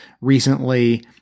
recently